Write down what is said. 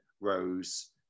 Rose